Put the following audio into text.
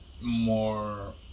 more